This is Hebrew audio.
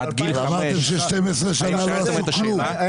אבל אנחנו כאן חייבים לעשות הכול כדי לייצר